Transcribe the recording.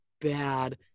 bad